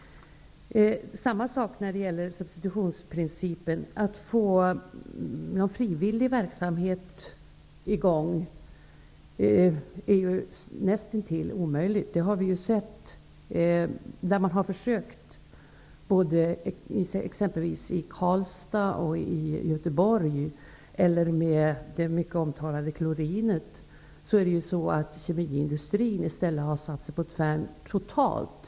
Samma sak gäller substitutionsprincipen. Att få i gång någon frivillig verksamhet är ju nästintill omöjligt, vilket man har kunnat se när försök har gjorts i exempelvis Karlstad och Göteborg. Och när det gäller det mycket omtalade Klorinet har kemiindustrin i stället satt sig på tvären totalt.